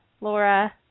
Laura